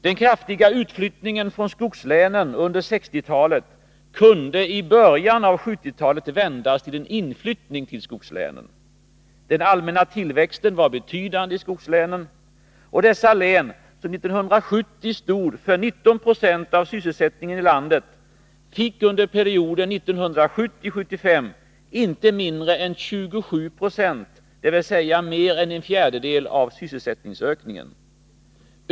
Den kraftiga utflyttningen från skogslänen under 1960-talet kunde i början av 1970-talet vändas till en inflyttning till skogslänen. Den allmänna tillväxten var betydande i skogslänen. Dessa län, som 1970 stod för 19 960 av sysselsättningen i landet, fick under perioden 1970-1975 inte mindre än 27 90, dvs. mer än en fjärdedel, av sysselsättningsökningen.